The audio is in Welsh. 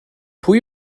pwy